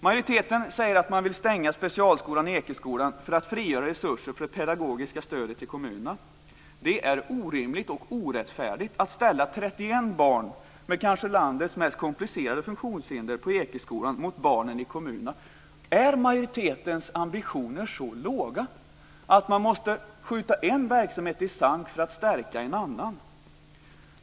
Majoriteten säger att man vill stänga specialskolan Ekeskolan för att frigöra resurser för det pedagogiska stödet till kommunerna. Det är orimligt och orättfärdigt att ställa 31 barn med kanske landets mest komplicerade funktionshinder på Ekeskolan mot barnen i kommunerna. Är majoritetens ambitioner så låga att man måste skjuta en verksamhet i sank för att stärka en annan?